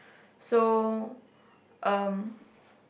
so um